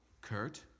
Kurt